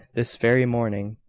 this very morning,